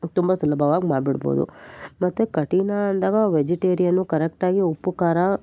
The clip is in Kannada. ತುಂಬ ಸುಲಭವಾಗ್ ಮಾಡಿ ಬಿಡ್ಬೋದು ಮತ್ತು ಕಠಿಣ ಅಂದಾಗ ವೆಜಿಟೇರಿಯನ್ನು ಕರೆಕ್ಟಾಗಿ ಉಪ್ಪು ಖಾರ